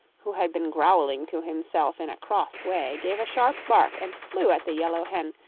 who had been growling to himself in a cross way, gave a sharp bark and flew at the yellow hen,